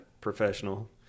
Professional